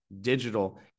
digital